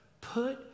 Put